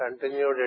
Continued